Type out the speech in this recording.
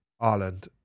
Ireland